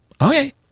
Okay